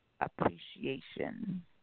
Appreciation